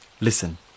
Listen